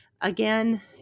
Again